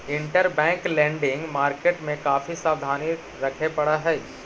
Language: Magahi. इंटरबैंक लेंडिंग मार्केट में काफी सावधानी रखे पड़ऽ हई